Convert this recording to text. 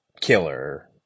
killer